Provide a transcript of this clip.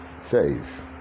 Says